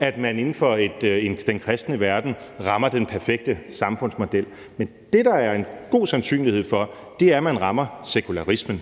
at man inden for den kristne verden rammer den perfekte samfundsmodel. Men det, der er en god sandsynlighed for, er, at man rammer sekularismen,